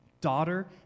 daughter